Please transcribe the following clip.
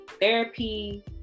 therapy